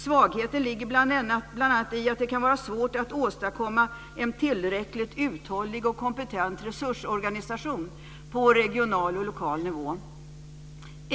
Svagheten ligger bl.a. i att det kan vara svårt att åstadkomma en tillräckligt uthållig och kompetent resursorganisation på regional och lokal nivå.